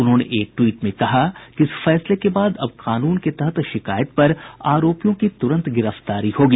उन्होंने एक ट्वीट में कहा कि इस फैसले के बाद अब इस कानून के तहत शिकायत पर आरोपियों की तुरंत गिरफ्तारी होगी